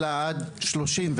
אלא עד 34,